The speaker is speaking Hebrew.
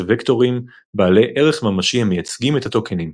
וקטורים בעלי ערך ממשי המייצגים את הטוקנים.